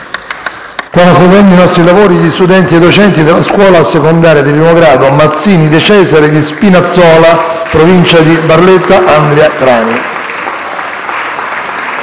Stanno seguendo i nostri lavori gli studenti e i docenti della Scuola secondaria di primo grado «Istituto Mazzini-De Cesare» di Spinazzola, in provincia di Barletta-Andria-Trani.